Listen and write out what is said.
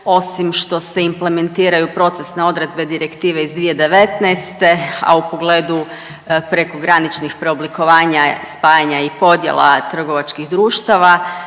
Osim što se implementiraju procesne odredbe Direktive iz 2019. a u pogledu prekograničnih preoblikovanja, spajanja i podjela trgovačkih društava